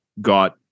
got